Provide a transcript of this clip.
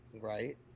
Right